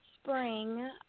spring